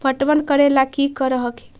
पटबन करे ला की कर हखिन?